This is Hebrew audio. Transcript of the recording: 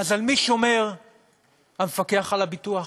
אז על מי שומר המפקח על הביטוח?